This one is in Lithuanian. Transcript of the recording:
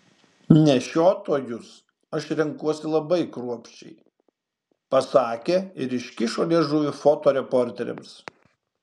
nešiotojus aš renkuosi labai kruopščiai pasakė ir iškišo liežuvį fotoreporteriams